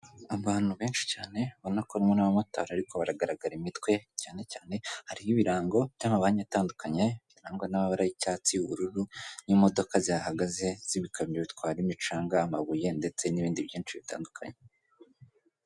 Abantu benshi cyane ubona ko harimo n'abamotari ariko baragaragara imitwe cyane cyane hariho ibirango by'amabanki atandukanye, birangwa n'amabara y'icyatsi y'ubururu n'imodoka zihahagaze z'ibikamyo bitwara imicanga, amabuye, ndetse n'ibindi byinshi bitandukanye.